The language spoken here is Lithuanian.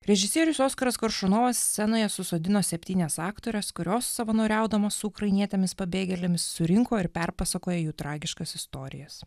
režisierius oskaras koršunovas scenoje susodino septynias aktores kurios savanoriaudamos su ukrainietėmis pabėgėlėmis surinko ir perpasakoja jų tragiškas istorijas